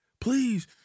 Please